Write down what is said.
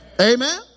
Amen